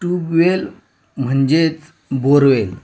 tubewell म्हणजेच borewell